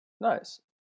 nice